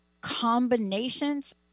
combinations